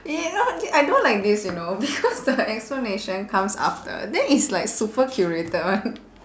eh not I don't like this you know because the explanation comes after then it's like super curated [one]